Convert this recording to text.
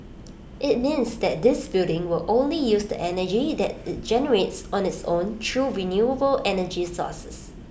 IT means that this building will only use the energy that IT generates on its own through renewable energy sources